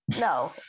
no